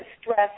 stress